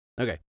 Okay